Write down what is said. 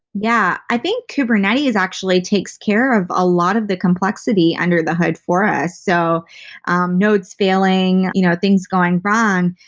yeah. i think kubernetes actually takes care of a lot of the complexity under the hood for us. so um nodes failing, you know, things going wrong.